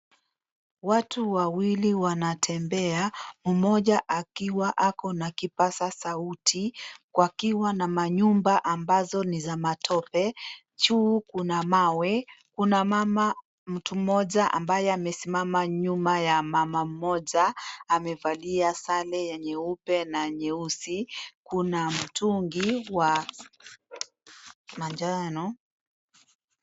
Watu wawili wanatembea mmoja akiwa ako na kipasa sauti wakiwa na manyumba ambazo ni za matope, juu kuna mawe, kuna mama mtu mmoja ambaye amesimama nyuma ya mama mmoja amevalia sare ya nyeupe na nyeusi. Kuna mtungi wa manjano.